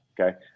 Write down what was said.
Okay